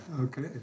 Okay